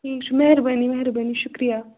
ٹھیٖک چھُ مہربٲنی مہربٲنی شُکریہ